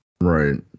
Right